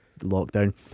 lockdown